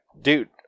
dude